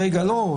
רגע, לא.